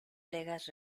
legas